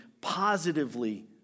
positively